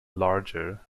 larger